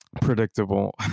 predictable